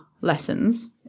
lessons